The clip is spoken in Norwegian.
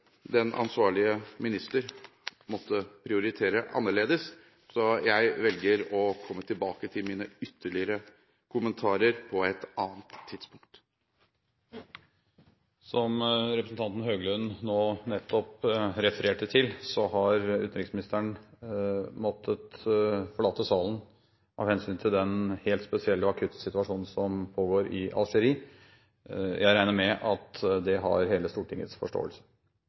den ansvarlige minister måtte prioritere annerledes, så jeg velger å komme tilbake til mine ytterligere kommentarer på et annet tidspunkt. Som representanten Høglund nettopp refererte til, har utenriksministeren måttet forlate salen av hensyn til den helt spesielle og akutte situasjonen som pågår i Algerie. Jeg regner med at det har hele Stortingets forståelse.